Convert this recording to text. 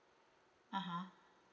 (uh huh)